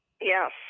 Yes